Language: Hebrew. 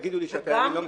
תגידו לי שאתם לא מקבלים.